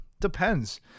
Depends